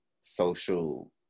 social